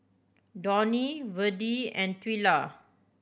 Donny Verdie and Twyla